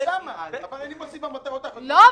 --- אני מוסיף במטרות אחרות עוד מטרה.